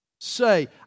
Say